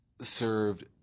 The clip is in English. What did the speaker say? served